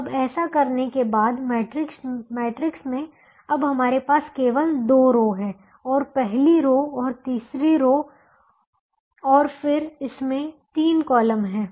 अब ऐसा करने के बाद मैट्रिक्स में अब हमारे पास केवल दो रो हैं पहली रो और तीसरी रो और फिर इसमें तीन कॉलम हैं